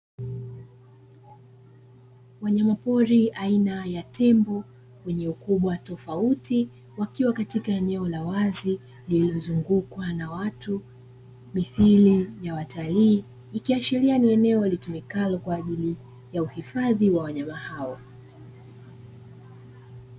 Wanyama pori aina ya tembo wenye ukubwa tofauti, wakiwa katika eneo la wazi lililo zungukwa na watu mithili ya watalii, ikiashiria ni eneo litumikalo kwa ajili ya uhifadhi wa wanyama hao.